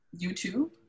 YouTube